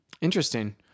Interesting